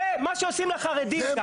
זה מה שעושים לחרדים גם.